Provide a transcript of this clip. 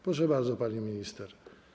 Proszę bardzo, pani minister.